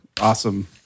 Awesome